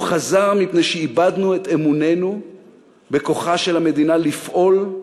הוא חזר מפני שאיבדנו את אמוננו בכוחה של המדינה לפעול,